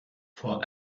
for